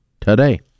today